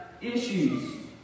issues